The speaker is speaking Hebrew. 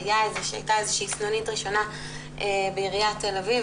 הייתה סנונית ראשונה בעיריית תל אביב.